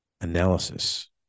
analysis